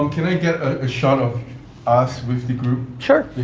um can i get a shot of us with the group? sure.